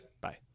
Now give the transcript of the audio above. Bye